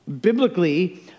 Biblically